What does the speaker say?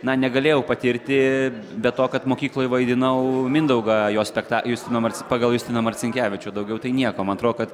na negalėjau patirti be to kad mokykloje vaidinau mindaugą jo spekta justino marci pagal justiną marcinkevičių daugiau tai nieko man atrodo kad